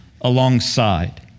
alongside